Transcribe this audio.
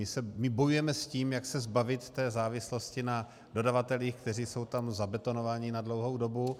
My bojujeme s tím, jak se zbavit na závislosti na dodavatelích, kteří jsou tam zabetonováni na dlouhou dobu.